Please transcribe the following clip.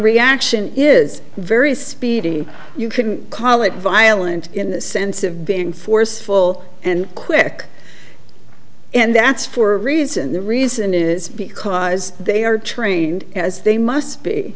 reaction is very speedy you couldn't call it violent in the sense of being forceful and quick and that's for a reason the reason is because they are trained as they must be